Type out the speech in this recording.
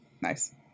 Nice